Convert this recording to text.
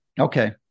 Okay